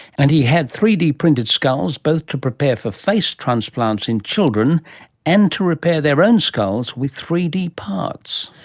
and he had three d printed skulls, both to prepare for face transplants in children and to repair their own skulls with three d parts.